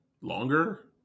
longer